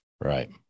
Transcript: Right